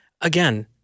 again